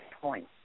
point